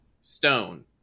stone